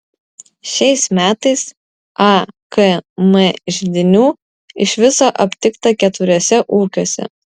šiais metais akm židinių iš viso aptikta keturiuose ūkiuose